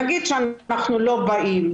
נגיד שאנחנו לא באים,